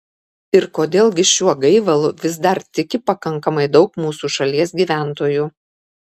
ir kodėl gi šiuo gaivalu vis dar tiki pakankamai daug mūsų šalies gyventojų